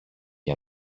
για